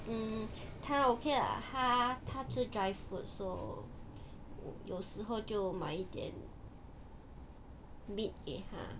mm 它 okay lah 它它吃 dry food so 有时候就买一点 meat 给它